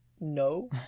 no